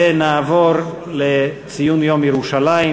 ונעבור לציון יום ירושלים,